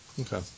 Okay